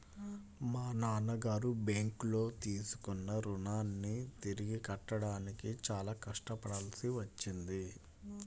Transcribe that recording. మా నాన్నగారు బ్యేంకులో తీసుకున్న రుణాన్ని తిరిగి కట్టడానికి చాలా కష్టపడాల్సి వచ్చింది